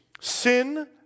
Sin